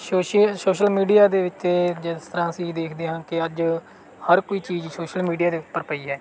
ਸ਼ੋਸ਼ੇ social media ਦੇ ਉੱਤੇ ਜਿਸ ਤਰ੍ਹਾਂ ਅਸੀਂ ਦੇਖਦੇ ਹਾਂ ਕਿ ਅੱਜ ਹਰ ਕੋਈ ਚੀਜ਼ ਸ਼ੋਸ਼ਲ ਮੀਡੀਆ ਦੇ ਉੱਪਰ ਪਈ ਹੈ